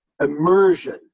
immersion